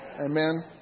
Amen